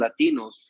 Latinos